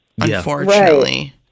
unfortunately